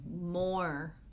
more